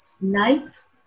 life